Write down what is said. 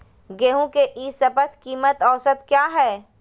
गेंहू के ई शपथ कीमत औसत क्या है?